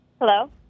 Hello